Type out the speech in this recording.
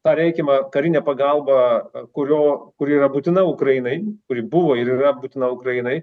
tą reikiamą karinę pagalbą kurio kuri yra būtina ukrainai kuri buvo ir yra būtina ukrainai